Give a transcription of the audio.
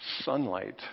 sunlight